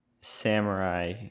samurai